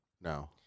No